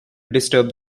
disturb